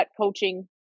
coaching